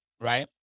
right